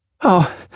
Oh